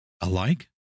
alike